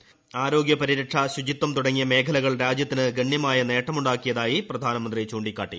പാർപ്പിടം ആരോഗൃ പരിരക്ഷ ശുചിത്വം തുടങ്ങിയ മേഖലകൾ രാജ്യത്ത് ഗണ്യമായ നേട്ടമുണ്ടാക്കിയതായി പ്രധാനമന്ത്രി ചൂണ്ടിക്കാട്ടി